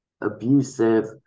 abusive